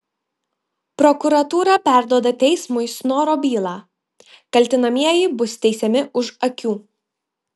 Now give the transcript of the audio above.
prokuratūra perduoda teismui snoro bylą kaltinamieji bus teisiami už akių